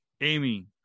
Amy